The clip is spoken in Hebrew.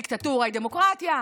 הדיקטטורה היא דמוקרטיה.